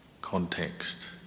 context